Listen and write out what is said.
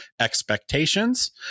expectations